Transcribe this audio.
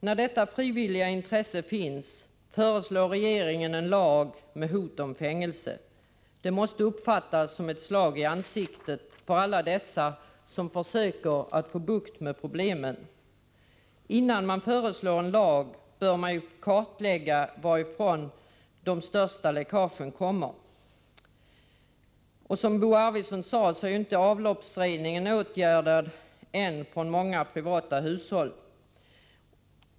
När detta frivilliga intresse finns, föreslår regeringen en lag med hot om fängelse. Det måste uppfattas som ett slag i ansiktet av alla dem som försöker att få bukt med problemen. Innan man föreslår en lag bör man ju kartlägga varifrån de största läckagen kommer. Som Bo Arvidson sade, är ju avloppsreningen från många privata hushåll ännu inte åtgärdad.